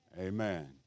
amen